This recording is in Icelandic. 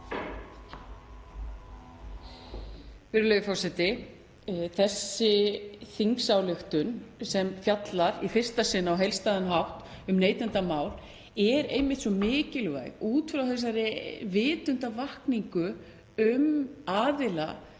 Virðulegur forseti. Þessi þingsályktunartillaga sem fjallar í fyrsta sinn á heildstæðan hátt um neytendamál er einmitt svo mikilvæg út frá þessari vitundarvakningu gagnvart